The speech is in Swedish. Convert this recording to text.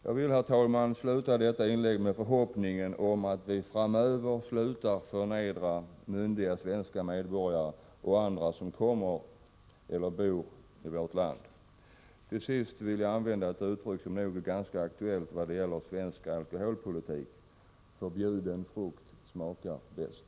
Jag vill, herr talman, uttrycka den förhoppningen att vi framöver slutar förnedra myndiga svenska medborgare och andra som bor i eller kommer till vårt land. Till sist vill jag återge ett uttryck som nog är ganska aktuellt vad gäller svensk alkoholpolitik: Förbjuden frukt smakar bäst.